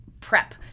prep